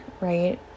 right